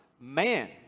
man